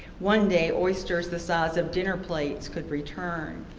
one day, oysters the size of dinner plates could return.